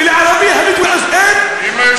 ולערבי הבדואי אז אין?